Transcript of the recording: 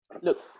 Look